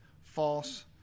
false